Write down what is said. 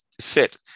fit